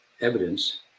evidence